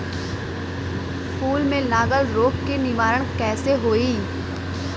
फूल में लागल रोग के निवारण कैसे होयी?